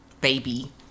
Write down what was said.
baby